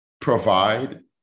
provide